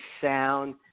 sound